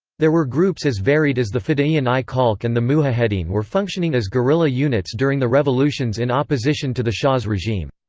there were groups as varied as the fida'iyan-i khalq and the mujahedin were functioning as guerrilla units during the revolutions in opposition to the shah's regime.